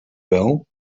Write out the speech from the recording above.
well